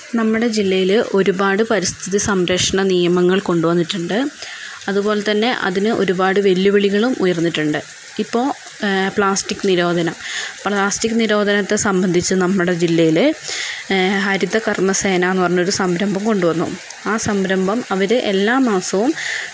നമ്മുടെ ജില്ലയില് ഒരുപാട് പരിസ്ഥിതി സംരക്ഷണ നിയമങ്ങൾ കൊണ്ടുവന്നിട്ടുണ്ട് അതുപോലെ തന്നെ അതിന് ഒരുപാട് വെല്ലുവിളികളും ഉയർന്നിട്ടുണ്ട് ഇപ്പോൾ പ്ലാസ്റ്റിക് നിരോധനം പ്ലാസ്റ്റിക് നിരോധനത്തെ സംബന്ധിച്ച് നമ്മുടെ ജില്ലയില്ഹരിതകർമ്മസേന എന്ന് പറഞ്ഞൊരു സംരംഭം കൊണ്ടുവന്നു ആ സംരംഭം അവര് എല്ലാ മാസവും